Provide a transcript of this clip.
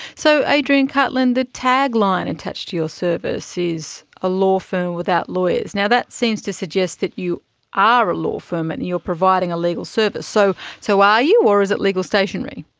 so, adrian cartland, the tagline attached to your service is a law firm without lawyers. now, that seems to suggest that you are a law firm and you are providing a legal service. so so are are you, or is it legal stationery?